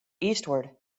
eastward